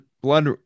blood